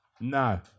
No